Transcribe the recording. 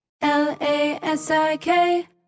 L-A-S-I-K